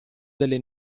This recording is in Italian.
delle